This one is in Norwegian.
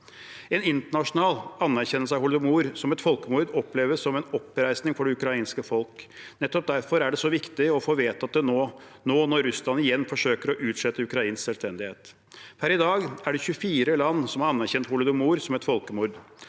En internasjonal anerkjennelse av holodomor som et folkemord vil oppleves som en oppreisning for det ukrainske folk. Nettopp derfor er det så viktig å få vedtatt det nå – når Russland igjen forsøker å utslette ukrainsk selvstendighet. Per i dag er det 24 land som har anerkjent holodomor som et folkemord.